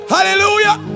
Hallelujah